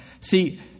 See